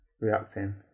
reacting